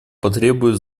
потребует